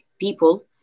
people